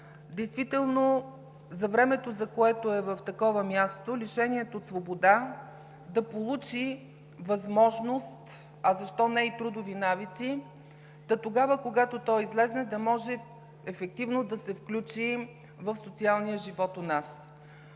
действително за времето, за което е в такова място, лишеният от свобода да получи възможност, а защо не и трудови навици, та тогава, когато то излезе, да може ефективно да се включи в социалния живот у нас.